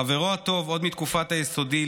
חברו הטוב עוד מתקופת היסודי,